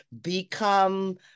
become